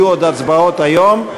יהיו עוד הצבעות היום.